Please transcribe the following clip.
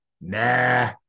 nah